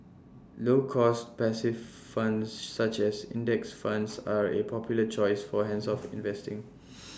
low cost passive funds such as index funds are A popular choice for hands off investing